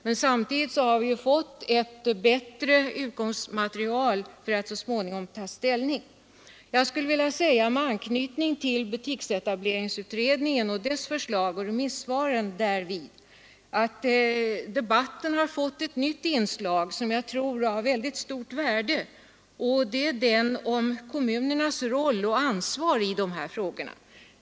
Men samtidigt har vi fått ett bättre utgångsmaterial för vårt kommande ställningstagande. Med anknytning till butiksetableringsutredningens förslag och till remissvaren skulle jag vilja säga att debatten fått ett nytt inslag som jag tror har ett mycket stort värde. Det gäller frågan om kommunernas roll och ansvar i dessa frågor.